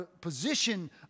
position